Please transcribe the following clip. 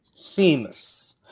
Seamus